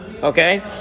Okay